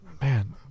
Man